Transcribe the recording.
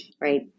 right